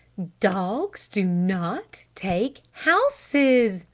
dogs do not take houses,